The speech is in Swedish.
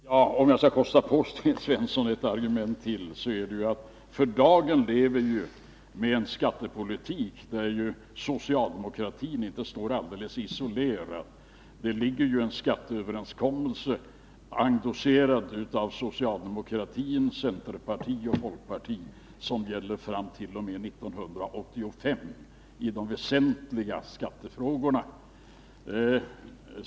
Fru talman! Om jag skall kosta på Sten Svensson ett argument till skulle det vara att vi för dagen lever med en skattepolitik där socialdemokratin inte står alldeles isolerad. Det föreligger en skatteöverenskommelse endosserad av socialdemokraterna, centerpartiet och folkpartiet som gäller fram t.o.m. 1985 i de väsentliga skattefrågorna.